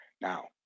now